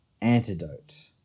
antidote